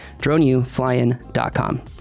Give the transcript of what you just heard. DroneUFlyIn.com